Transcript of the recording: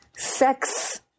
Sex